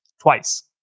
twice